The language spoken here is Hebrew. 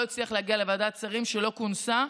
הצליח להגיע לוועדת שרים שלא כונסה.